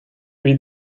read